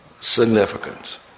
significance